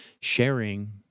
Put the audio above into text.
Sharing